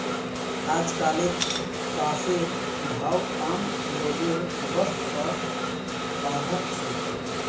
अजकालित कॉफीर भाव आम लोगेर बस स बाहर छेक